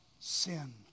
sin